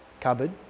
cupboard